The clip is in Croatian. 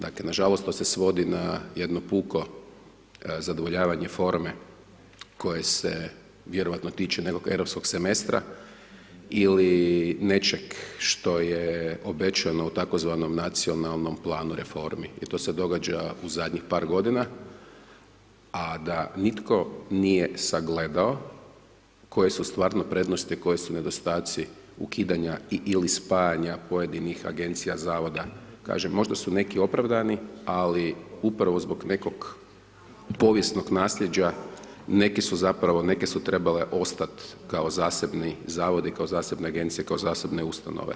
Dakle nažalost to se svodi na jedno puko zadovoljavanje forme koje se vjerovatno tiče nego europskog semestra ili nečeg što je obećano u tzv. nacionalnom planu reformi i to se događa u zadnjih par godina a da nitko nije sagledao koje su stvarno prednosti, koji su nedostaci ukidanja ili spajanja pojedinih agencija, zavoda, kažem možda su neki opravdani ali upravo zbog nekog povijesnog naslijeđa neke su trebale ostati kao zasebni zavodi, kao zasebne agencije, kao zasebne ustanove.